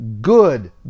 good